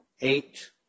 eight